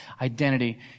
identity